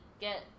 Get